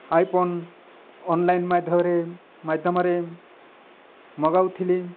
iPhone online ମାଧ୍ୟମରେ ମାଧ୍ୟମରେ ମଗାଉଥିଲି